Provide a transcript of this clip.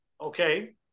okay